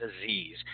disease